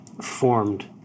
formed